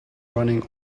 running